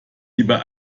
lieber